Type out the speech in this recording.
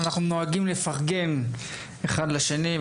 אנחנו נוהגים לפרגן אחד לשני,